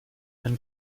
mein